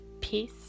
peace